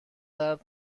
درد